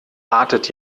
artet